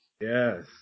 Yes